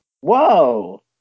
Whoa